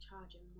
charging